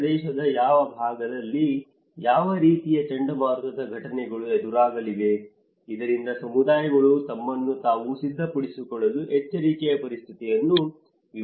ಈ ಪ್ರದೇಶದ ಯಾವ ಭಾಗದಲ್ಲಿ ಯಾವ ರೀತಿಯ ಚಂಡಮಾರುತದ ಘಟನೆಗಳು ಎದುರಾಗಲಿವೆ ಇದರಿಂದ ಸಮುದಾಯಗಳು ತಮ್ಮನ್ನು ತಾವು ಸಿದ್ಧಪಡಿಸಿಕೊಳ್ಳಲು ಎಚ್ಚರಿಕೆಯ ಪರಿಸ್ಥಿತಿಯನ್ನು ವಿವರಿಸುತ್ತಾರೆ